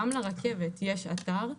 גם לרכבת יש אתר,